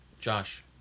Josh